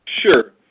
Sure